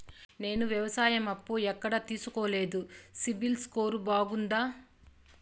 నేను వ్యవసాయం అప్పు ఎక్కడ తీసుకోలేదు, సిబిల్ స్కోరు బాగుందా?